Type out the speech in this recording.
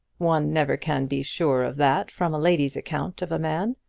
one never can be sure of that from a lady's account of a man.